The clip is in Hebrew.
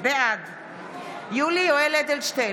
בעד יולי יואל אדלשטיין,